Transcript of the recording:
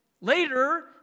later